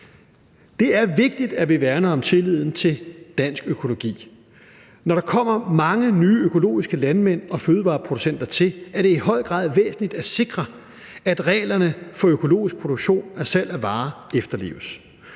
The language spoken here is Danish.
Det er vigtigt, at vi værner om tilliden til dansk økologi. Når der kommer mange nye økologiske landmænd og fødevareproducenter til, er det i høj grad væsentligt at sikre, at reglerne for økologisk produktion og salg af varer efterleves.